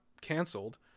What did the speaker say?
canceled